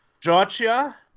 Georgia